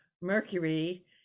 Mercury